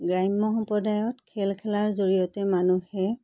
গ্ৰাম্য সম্প্ৰদায়ত খেল খেলাৰ জৰিয়তে মানুহে